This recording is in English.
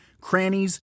crannies